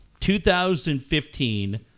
2015